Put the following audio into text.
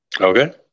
okay